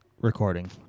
recording